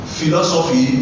philosophy